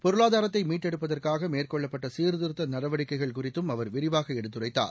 பொருளாதாரத்தை மீட்டெடுப்பதற்காக மேற்கொள்ளப்பட்ட சீாதிருத்த நடவடிக்கைகள் குறிததும் அவர் விரிவாக எடுத்துரைத்தார்